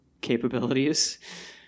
capabilities